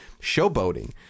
showboating